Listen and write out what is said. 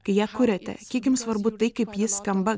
kai ją kuriate kiek jums svarbu tai kaip ji skamba